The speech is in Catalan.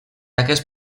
aquest